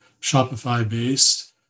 Shopify-based